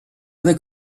other